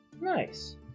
nice